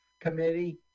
committee